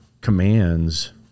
commands